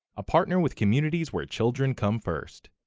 a partner with communities where children come first.